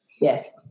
Yes